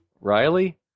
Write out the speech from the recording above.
Riley